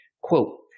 Quote